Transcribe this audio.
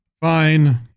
Fine